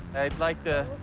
i'd like to.